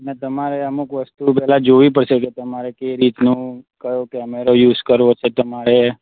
ને તમારે અમુક વસ્તુઓ પહેલાં જોવી પડશે કે તમારે કઈ રીતનું કયો કેમેરો યૂસ કરવો છે તમારે